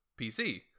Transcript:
pc